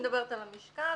אני מדברת על המשקל.